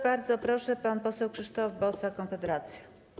Bardzo proszę, pan poseł Krzysztof Bosak, Konfederacja.